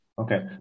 Okay